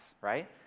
right